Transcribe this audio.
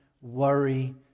worry